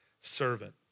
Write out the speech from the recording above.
servant